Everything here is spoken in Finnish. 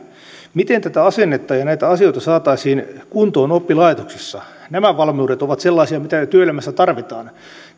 miten tätä asennetta ja näitä asioita saataisiin kuntoon oppilaitoksissa nämä valmiudet ovat sellaisia mitä työelämässä tarvitaan